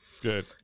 Good